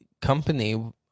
company